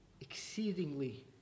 exceedingly